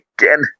again